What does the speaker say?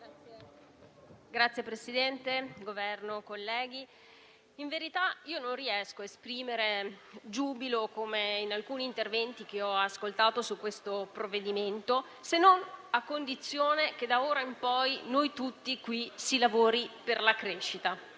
membri del Governo, colleghi, in verità non riesco ad esprimere giubilo, come alcuni interventi che ho ascoltato su questo provvedimento, se non a condizione che da ora in poi noi tutti qui si lavori per la crescita.